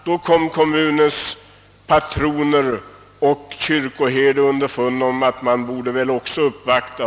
Då kom kommunens patroner och kyrkoherden underfund med att de borde uppvakta.